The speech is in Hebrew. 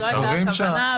זו לא הייתה הכוונה.